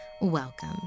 Welcome